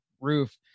roof